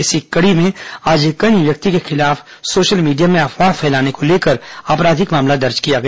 इसी कड़ी में आज एक अन्य व्यक्ति के खिलाफ सोशल मीडिया में अफवाह फैलाने को लेकर आपराधिक मामला दर्ज किया गया